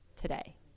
today